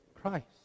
Christ